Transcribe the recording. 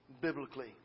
biblically